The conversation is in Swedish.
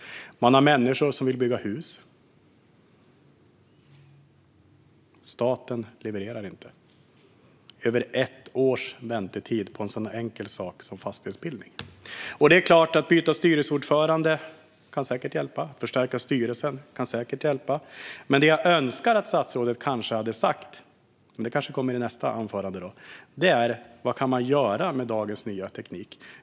Människor vill bygga hus. Staten levererar inte. Det är över ett års väntetid på en så enkel sak som fastighetsbildning. Att byta styrelseordförande kan säkert hjälpa. Att förstärka styrelsen kan säkert hjälpa. Men det jag önskar att statsrådet skulle ha talat om, och det kanske kommer i nästa anförande, är vad man kan göra med dagens nya teknik.